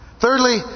Thirdly